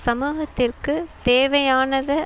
சமூகத்திற்கு தேவையானதை